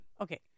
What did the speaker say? Okay